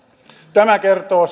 tämä kertoo